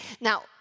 Now